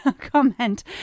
comment